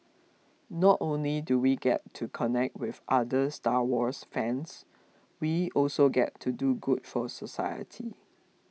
not only do we get to connect with other Star Wars fans we also get to do good for society